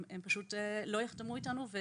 הם פשוט לא יחתמו איתנו.